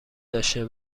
داشه